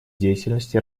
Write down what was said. деятельности